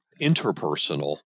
interpersonal